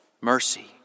mercy